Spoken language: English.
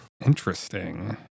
interesting